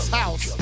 house